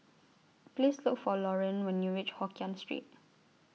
Please Look For Laurene when YOU REACH Hokkien Street